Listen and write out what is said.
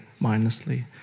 mindlessly